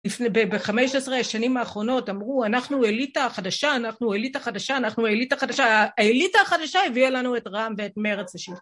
בחמש עשרה שנים האחרונות אמרו אנחנו אליטה חדשה, אנחנו אליטה החדשה, אנחנו אליטה החדשה, האליטה החדשה הביאה לנו את רע"ם ואת מרץ השיר.